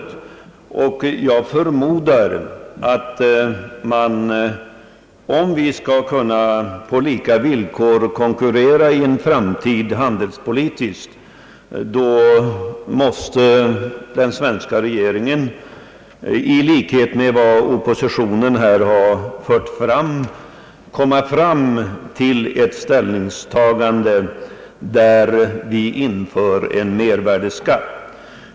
Jag förmodar att om vi skall kunna på lika villkor konkurrera handelspolitiskt i en framtid, måste den svenska regeringen i likhet med vad oppositionen har föreslagit komma fram till att införa en mervärdeskatt.